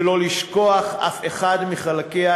ולא לשכוח אף אחד מחלקיה,